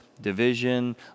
division